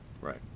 right